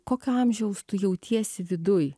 kokio amžiaus tu jautiesi viduj